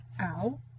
ow